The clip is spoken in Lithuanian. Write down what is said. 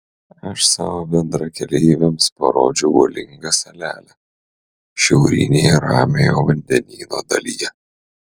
aš savo bendrakeleiviams parodžiau uolingą salelę šiaurinėje ramiojo vandenyno dalyje